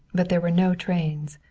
but there were no trains.